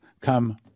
come